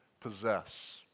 possess